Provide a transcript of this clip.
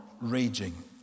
raging